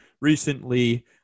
recently